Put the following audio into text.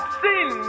sin